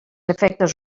efectes